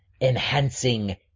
enhancing